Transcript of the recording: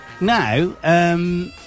now